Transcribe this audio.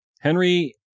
Henry